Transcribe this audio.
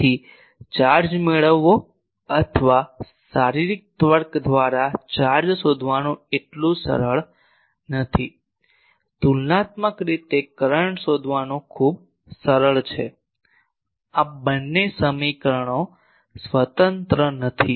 તેથી ચાર્જ મેળવવો અથવા શારીરિક તર્ક દ્વારા ચાર્જ શોધવાનું એટલું સરળ નથી તુલનાત્મક રીતે કરંટ શોધવાનું ખૂબ સરળ છે આ બંને સમીકરણો સ્વતંત્ર નથી